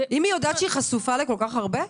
אם היא יודעת שהיא חשופה לכל כך הרבה,